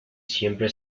siempre